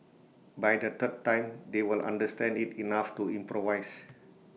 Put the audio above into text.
by the third time they will understand IT enough to improvise